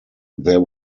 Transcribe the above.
there